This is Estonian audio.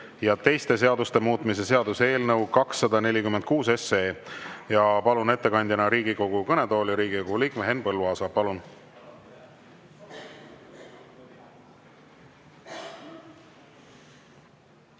ja teiste seaduste muutmise seaduse eelnõu 246. Palun ettekandeks Riigikogu kõnetooli Riigikogu liikme Henn Põlluaasa. Palun!